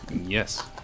Yes